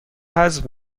حذف